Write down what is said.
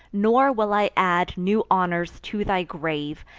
nor will i add new honors to thy grave,